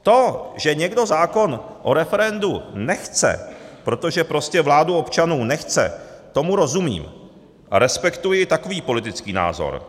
Tomu, že někdo zákon o referendu nechce, protože prostě vládu občanů nechce, rozumím a respektuji takový politický názor.